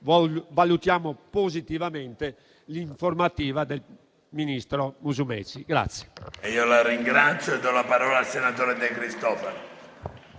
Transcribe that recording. valutiamo positivamente l'informativa del ministro Musumeci.